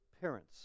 parents